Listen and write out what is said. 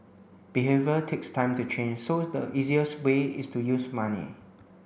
behaviour takes time to change so the easiest way is to use money